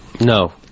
No